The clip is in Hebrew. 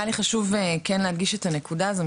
היה לי כן חשוב להדגיש את הנקודה הזו,